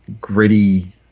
gritty